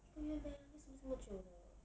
一个月 meh 为什么这么久的